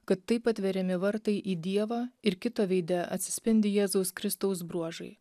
kad taip atveriami vartai į dievą ir kito veide atsispindi jėzaus kristaus bruožai